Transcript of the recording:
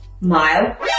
mile